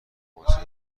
آنچه